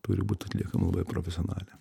turi būt atliekama labai profesionaliai